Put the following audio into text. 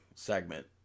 segment